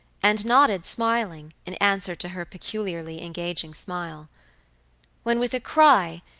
and nodded smiling, in answer to her peculiarly engaging smile when with a cry,